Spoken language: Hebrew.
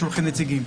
שולחים נציגים.